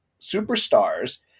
superstars